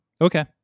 Okay